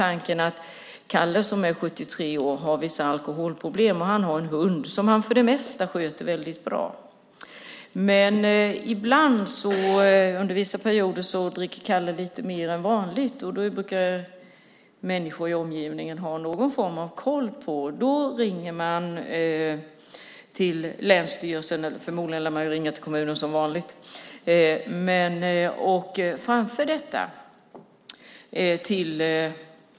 Kalle, som är 73 år, har vissa alkoholproblem. Han har en hund som han för det mesta sköter om väldigt bra. Under vissa perioder dricker Kalle dock lite mer än vanligt, och det brukar människorna i hans omgivning ha koll på. De ringer då till länsstyrelsen, eller så ringer de som vanligt till kommunen, och framför detta.